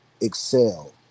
excel